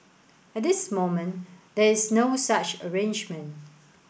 at this moment there is no such arrangement